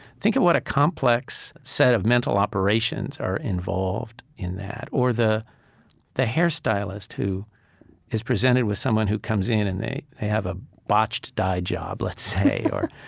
think of what a complex set of mental operations are involved in that. or the the hairstylist who is presented with someone who comes in and they they have a botched dye job, let's say.